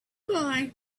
bye